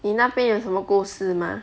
你那边有什么故事吗